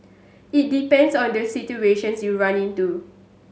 it depends on the situations you run into